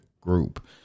group